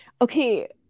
Okay